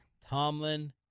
Tomlin